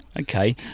Okay